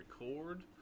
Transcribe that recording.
record